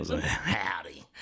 Howdy